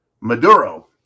Maduro